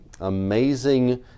amazing